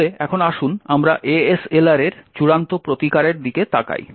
তাহলে এখন আসুন আমরা ASLR এর চূড়ান্ত প্রতিকারের দিকে তাকাই